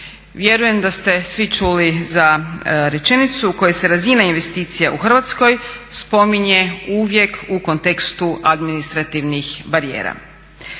Vjerujem da ste svi čuli za rečenicu u kojoj se razina investicija u Hrvatskoj spominje uvijek u kontekstu administrativnih barijera.